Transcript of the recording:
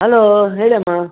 hello ಹೇಳಿ ಅಮ್ಮ